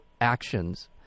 actions